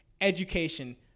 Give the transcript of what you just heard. education